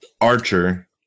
Archer